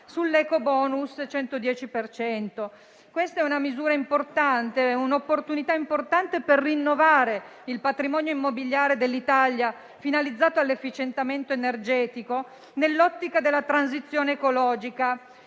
sull'ecobonus del 110 per cento. Si tratta di una misura, di un'opportunità importante per rinnovare il patrimonio immobiliare dell'Italia, finalizzata all'efficientamento energetico nell'ottica della transizione ecologica.